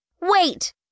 Wait